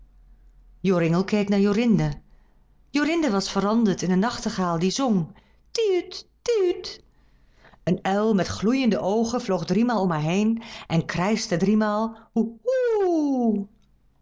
joringel keek naar jorinde jorinde was veranderd in een nachtegaal die zong ti uut ti uut een uil met gloeiende oogen vloog driemaal om haar heen en krijschte driemaal hoe oe oe